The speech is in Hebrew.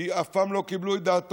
כי אף פעם לא קיבלו את דעתו,